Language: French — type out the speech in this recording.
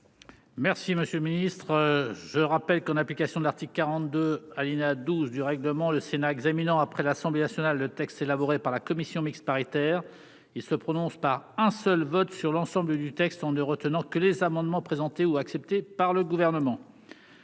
Merci monsieur le ministre, je rappelle qu'en application de l'article 42 Alina 12 du règlement, le Sénat examinant après l'Assemblée nationale, le texte élaboré par la commission mixte paritaire, il se prononce par un seul vote sur l'ensemble du texte en ne retenant que les amendements présentés ou accepté par le gouvernement.